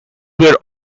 were